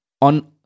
on